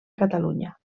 catalunya